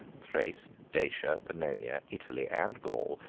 thrace, dacia, pannonia, italy, and gaul,